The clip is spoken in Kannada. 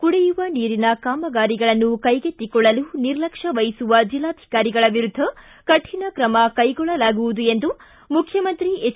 ಕುಡಿಯುವ ನೀರಿನ ಕಾಮಗಾರಿಗಳನ್ನು ಕ್ಕೆಗೆತ್ತಿಕೊಳ್ಳಲು ನಿರ್ಲಕ್ಷ್ಮ ವಹಿಸುವ ಜಿಲ್ಲಾಧಿಕಾರಿಗಳ ವಿರುದ್ಧ ಕಠಣ ಕ್ರಮ ಕೈಗೊಳ್ಳಲಾಗುವುದು ಎಂದು ಮುಖ್ಯಮಂತ್ರಿ ಎಚ್